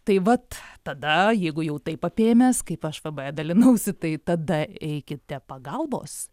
tai vat tada jeigu jau taip apėmęs kaip aš fb dalinausi tai tada eikite pagalbos